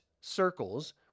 circles